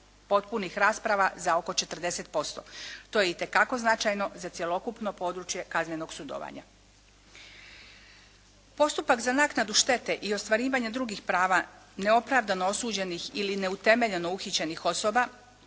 potpunih rasprava za oko 40%. To je itekako značajno za cjelokupno područje kaznenog sudovanja. Postupak za naknadu štete i ostvarivanje drugih prava neopravdano osuđenih ili neutemeljeno uhićenih osoba